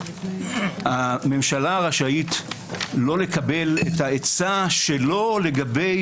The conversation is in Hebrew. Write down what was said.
הממשלה רשאית לא לקבל את העצה שלו לגבי